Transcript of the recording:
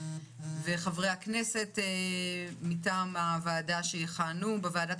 וחברי הכנסת מטעם הוועדה שיכהנו בוועדת